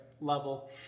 level